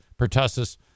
pertussis